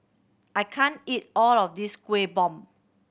I can't eat all of this Kuih Bom